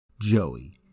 Joey